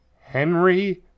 Henry